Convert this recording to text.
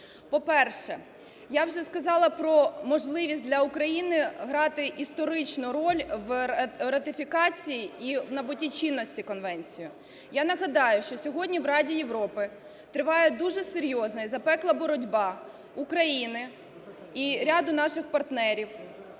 По-перше, я вже сказала про можливість для України грати історичну роль в ратифікації і в набутті чинності конвенції. Я нагадаю, що сьогодні в Раді Європи триває дуже серйозна і запекла боротьба України і ряду наших партнерів